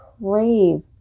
crave